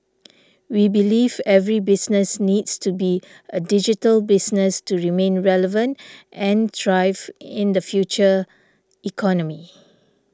we believe every business needs to be a digital business to remain relevant and thrive in the future economy